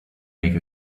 make